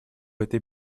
этой